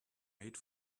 made